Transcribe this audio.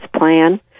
plan